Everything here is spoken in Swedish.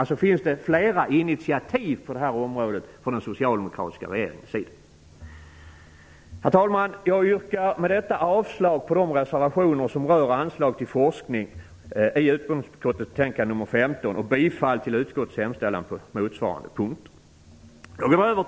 Den socialdemokratiska regeringen har alltså tagit flera initiativ på detta område. Herr talman! Med detta yrkar jag avslag på de reservationer till utbildningsutskottets betänkande nr 15 som rör anslag till forskning, och bifall till utskottets hemställan på motsvarande punkter.